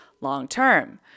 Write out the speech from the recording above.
long-term